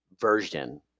version